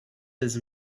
his